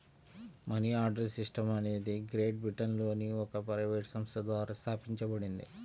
money order system అనేది great బ్రిటన్లోని ఒక ప్రైవేట్ సంస్థ ద్వారా స్థాపించబడింది